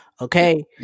Okay